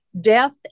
death